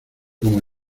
como